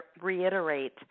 reiterate